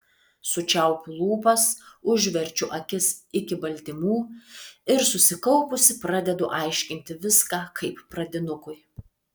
sučiaupiu lūpas užverčiu akis iki baltymų ir susikaupusi pradedu aiškinti viską kaip pradinukui